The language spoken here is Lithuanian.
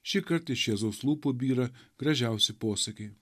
šįkart iš jėzaus lūpų byra gražiausi posakiai